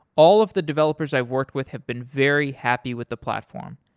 all of the developers i've worked with have been very happy with the platform.